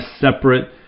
separate